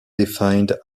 defined